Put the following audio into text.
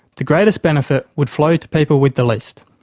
the greatest benefit would flow to people with the least.